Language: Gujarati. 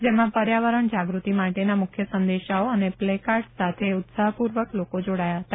જેમાં પર્યાવરણ જાગ્રતિ માટેના મુખ્ય સંદેશાઓ અને પ્લે કાડર્સ સાથે ઉત્સાહપૂર્વક લોકો જોડાયા હતા